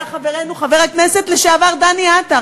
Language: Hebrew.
היה חברנו חבר הכנסת לשעבר דני עטר,